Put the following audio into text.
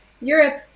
Europe